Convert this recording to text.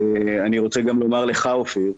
אני רוצה גם לומר לך, אופיר,